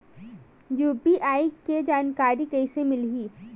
UPI के जानकारी कइसे मिलही?